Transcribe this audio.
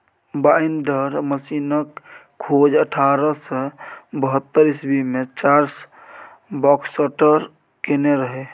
binder मशीनक खोज अठारह सय बहत्तर इस्बी मे चार्ल्स बाक्सटर केने रहय